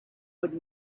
would